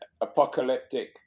apocalyptic